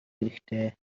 хэрэгтэй